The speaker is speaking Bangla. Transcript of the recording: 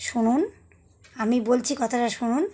শুনুন আমি বলছি কথাটা শুনুন